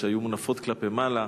כשהיו מונפות כלפי מעלה,